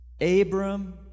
Abram